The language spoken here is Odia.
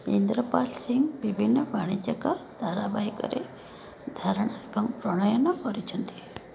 ଇନ୍ଦ୍ର ପାଲ ସିଂ ବିଭିନ୍ନ ବାଣିଜ୍ୟିକ ଧାରାବାହିକରେ ଧାରଣା ଏବଂ ପ୍ରଣୟନ କରିଛନ୍ତି